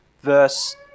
Verse